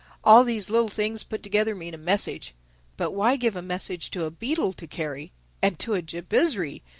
all these little things put together mean a message but why give a message to a beetle to carry and to a jabizri,